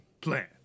plan